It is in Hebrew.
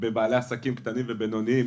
בבעלי עסקים קטנים ובינוניים.